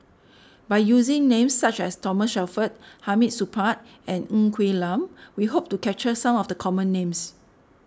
by using names such as Thomas Shelford Hamid Supaat and Ng Quee Lam we hope to capture some of the common names